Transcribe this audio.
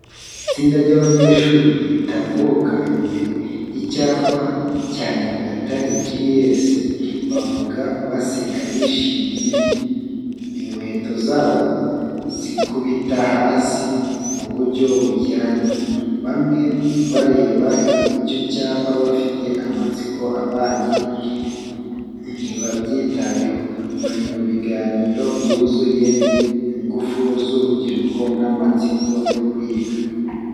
Itsinda ry’abanyeshuri ritambuka imbere y’icyapa cya Nyagatare GS, bavuga, baseka bishimye, inkweto zabo zikubita hasi mu buryo bujyanye. Bamwe bareba icyo cyapa bafite amatsiko, abandi ntibayitaho, bari mu biganiro byuzuye ingufu z’urubyiruko n'amatsiko yo kwiga.